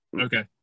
Okay